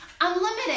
unlimited